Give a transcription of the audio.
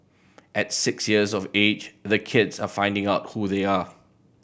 at six years of age the kids are finding out who they are